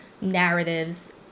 narratives